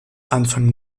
anfang